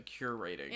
curating